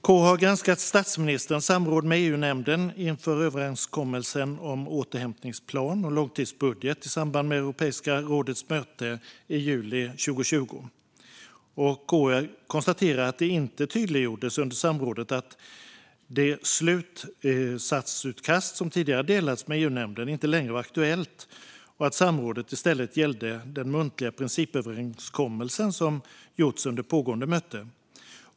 KU har granskat statsministerns samråd med EU-nämnden inför överenskommelsen om återhämtningsplan och långtidsbudget i samband med Europeiska rådets möte i juli 2020. KU konstaterar att det inte tydliggjordes under samrådet att det slutsatsutkast som tidigare delats med EUnämnden inte längre var aktuellt och att samrådet i stället gällde den muntliga principöverenskommelse som gjorts under pågående möte.